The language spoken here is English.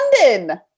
London